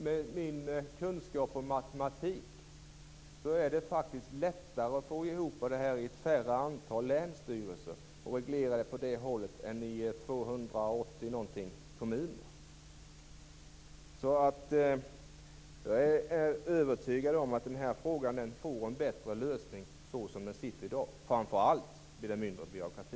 Med min kunskap om matematik inser jag att det är lättare att få ihop detta i ett färre antal länsstyrelser och reglera det på det sättet än i ca 280 kommuner. Jag är övertygad om att den här frågan får en bättre lösning så som det ser ut i dag, framför allt blir det mindre av byråkrati.